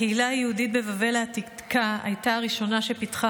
הקהילה היהודית בבבל העתיקה הייתה הראשונה שפיתחה